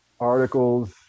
articles